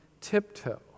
tiptoe